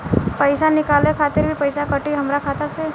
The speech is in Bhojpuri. पईसा निकाले खातिर भी पईसा कटी हमरा खाता से?